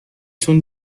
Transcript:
تون